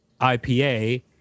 ipa